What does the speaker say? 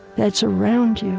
that's around you